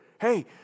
hey